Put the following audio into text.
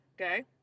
okay